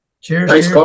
Cheers